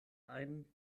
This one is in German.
ein